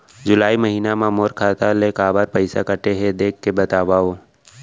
जुलाई महीना मा मोर खाता ले काबर पइसा कटे हे, देख के बतावव?